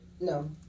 No